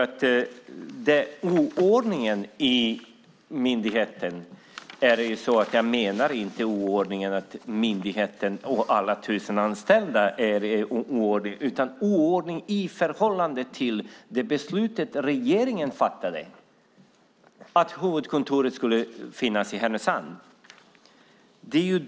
Med "oordning" menar jag inte att alla myndighetens över tusen anställda är i oordning, utan att det är oordning i förhållande till det beslut som regeringen fattade om att huvudkontoret skulle finnas i Härnösand.